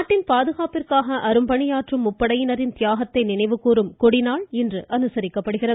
நாட்டின் பாதுகாப்பிற்காக அரும்பணியாற்றும் முப்படையினரின் தியாகத்தை நினைவுகூறும் கொடிநாள் இன்று அனுசரிக்கப்படுகிறது